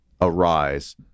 arise